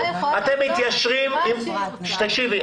אתה יכול לעשות --- תקשיבי,